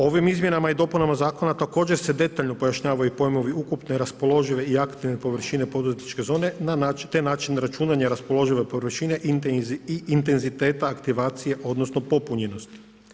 Ovim izmjenama i dopunama zakona također se detaljno pojašnjavaju pojmovi ukupne raspoložive i aktualne površine poduzetničke zone te način računanja raspoložive površine i intenziteta aktivacije, odnosno popunjenost.